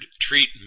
treat